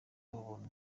ubuntu